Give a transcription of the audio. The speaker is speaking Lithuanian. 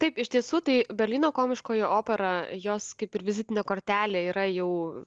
taip iš tiesų tai berlyno komiškoji opera jos kaip ir vizitinė kortelė yra jau